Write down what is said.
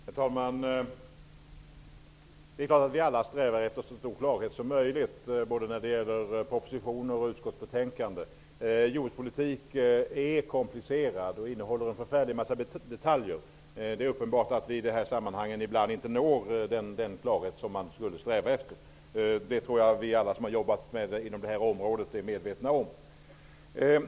Herr talman! Det är klart att vi alla strävar efter så stor klarhet som möjligt, när det gäller både propositioner och utskottsbetänkanden. Jordbrukspolitiken är komplicerad och innehåller en förfärlig massa detaljer. Det är uppenbart att vi i de här sammanhangen ibland inte uppnår den klarhet som man borde sträva efter. Det tror jag att vi alla som har jobbat inom det här området är medvetna om.